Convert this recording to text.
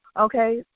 Okay